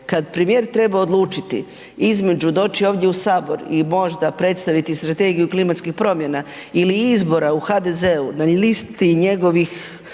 kad premijer treba odlučiti između doći ovdje u sabor i možda predstaviti Strategiju klimatskih promjena ili izbora u HDZ-u na listi njegovih